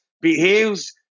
behaves